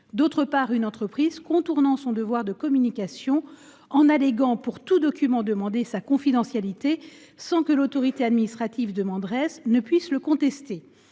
d’autre part, une entreprise contournant son devoir de communication en alléguant pour tout document demandé sa confidentialité, sans que l’autorité administrative demanderesse puisse la contester.